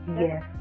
Yes